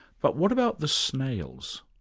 but what about the snails?